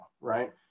right